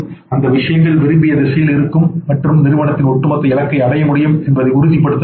அந்த விஷயங்கள் விரும்பிய திசையில் இருக்கும் மற்றும் நிறுவனத்தின் ஒட்டுமொத்த இலக்கை அடைய முடியும் என்பதை உறுதிப்படுத்த முடியும்